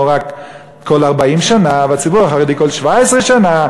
רק כל 40 שנה והציבור החרדי כל 17 שנה,